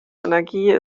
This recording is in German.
energie